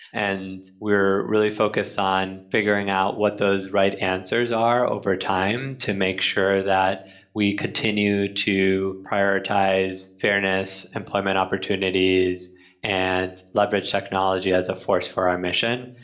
and we are really focused on figuring out what those right answers are over time to make sure that we continue to prioritize fairness, employment opportunities and leverage technology as a force for our mission.